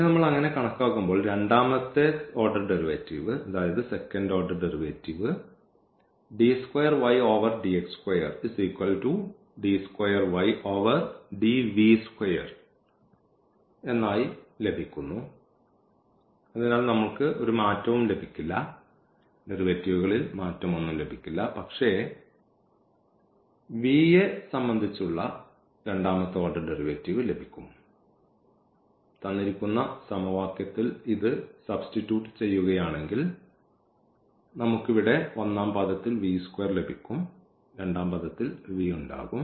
പിന്നെ നമ്മൾ അങ്ങനെ കണക്കാക്കുമ്പോൾ രണ്ടാമത്തെ ഓർഡർ ഡെറിവേറ്റീവ് നമ്മൾക്ക് ഒരു മാറ്റവും ലഭിക്കില്ല പക്ഷേ v സംബന്ധിച്ച് നിങ്ങൾക്ക് രണ്ടാമത്തെ ഓർഡർ ഡെറിവേറ്റീവ് ലഭിക്കും തന്നിരിക്കുന്ന സമവാക്യത്തിൽ ഇത് സബ്സ്റ്റിറ്റ്യൂട്ട് ചെയ്യുകയാണെങ്കിൽ നമുക്ക് ഇവിടെ ഒന്നാം പദത്തിൽ ലഭിക്കും രണ്ടാംപദത്തിൽ v ഉണ്ടാകും